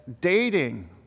dating